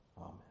amen